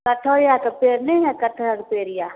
कटहरके पेड़ नहि है कटहर पेड़ यऽ